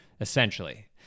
essentially